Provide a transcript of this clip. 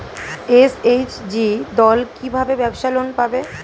SHG দল কী ভাবে ব্যাবসা লোন পাবে?